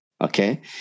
okay